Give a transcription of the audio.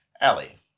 Allie